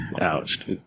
Ouch